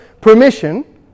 permission